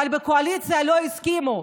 אבל בקואליציה לא הסכימו.